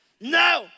no